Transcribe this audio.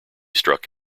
struck